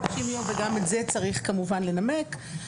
גם אם מחליטים פה שמבקשים